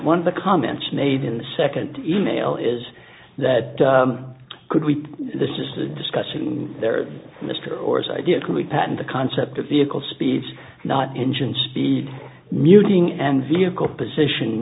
one of the comments made in the second e mail is that could we this is the discussion there mr orr's idea can we patent the concept of vehicle speeds not engine speed muting and vehicle position